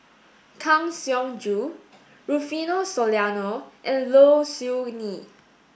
Kang Siong Joo Rufino Soliano and Low Siew Nghee